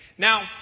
Now